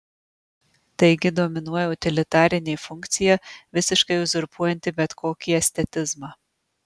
taigi dominuoja utilitarinė funkcija visiškai uzurpuojanti bet kokį estetizmą